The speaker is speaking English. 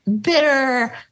bitter